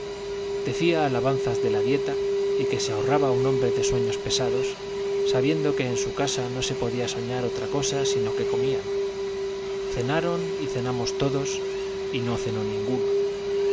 decía alabanzas de la dieta y que se ahorraba un hombre de sueños pesados sabiendo que en su casa no se podía soñar otra cosa sino que comían cenaron y cenamos todos y no cenó ninguno